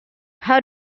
how